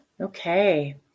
Okay